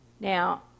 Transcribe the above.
Now